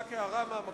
רק הערה מהמקום,